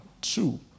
two